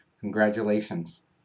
Congratulations